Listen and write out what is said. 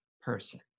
person